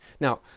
Now